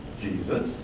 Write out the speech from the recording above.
Jesus